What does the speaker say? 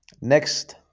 Next